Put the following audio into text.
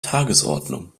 tagesordnung